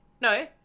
no